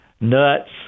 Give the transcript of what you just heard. nuts